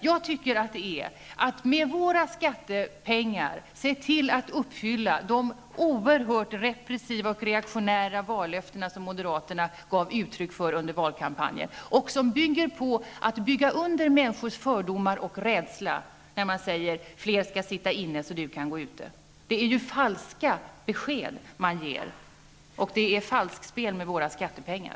Man ser till att med våra skattepengar uppfylla de oerhört repressiva och reaktionära vallöften som moderaterna gav uttryck för under valkampanjen, som innebär att man bygger under människors fördomar och rädsla, vallöften som säger att fler skall sitta inne för att andra skall kunna gå ute. Det är falska besked. Det är falskt spel med våra skattepengar!